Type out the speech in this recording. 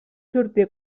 sortia